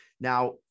Now